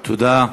תודה.